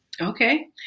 Okay